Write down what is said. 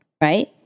Right